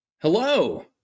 Hello